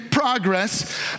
Progress